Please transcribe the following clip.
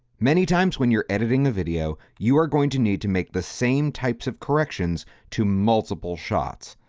many times when you're editing a video, you are going to need to make the same types of corrections to multiple shots.